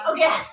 Okay